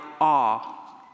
awe